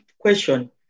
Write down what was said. question